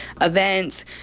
events